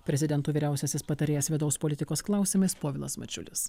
prezidento vyriausiasis patarėjas vidaus politikos klausimais povilas mačiulis